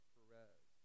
Perez